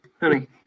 Honey